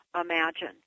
imagine